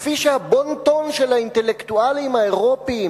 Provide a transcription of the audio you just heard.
כפי שהבון-טון של האינטלקטואלים האירופים